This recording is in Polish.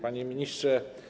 Panie Ministrze!